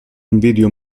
invidio